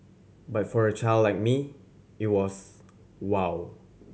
but for a child like me it was wow